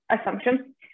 assumption